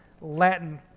Latin